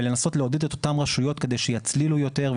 ולנסות לעודד את אותן רשויות כדי שיצלילו יותר,